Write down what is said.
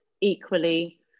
equally